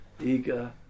eager